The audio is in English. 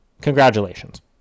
Congratulations